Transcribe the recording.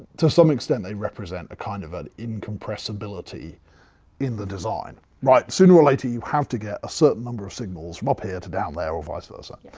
to some extent, they represent a kind of an incompressibility in the design, right? sooner or later, you have to get a certain number of signals from up here to down there, or vice versa.